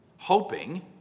Hoping